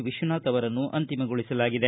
ವಿಶ್ವನಾಥ್ ಅವರನ್ನು ಅಂತಿಮಗೊಳಿಸಲಾಗಿದೆ